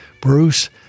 Bruce